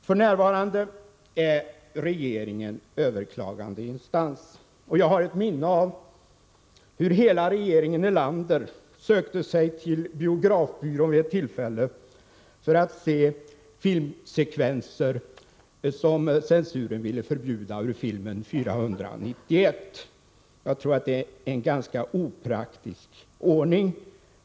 F.n. är regeringen överklagandeinstans. Jag har ett minne av hur hela regeringen Erlander vid ett tillfälle sökte sig till biografbyrån för att se filmsekvenser ur filmen 491 som censuren ville förbjuda. Det är en ganska opraktisk ordning.